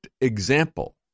example